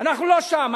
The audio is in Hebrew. אנחנו לא שם.